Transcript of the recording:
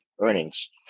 Earnings